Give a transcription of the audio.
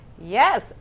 Yes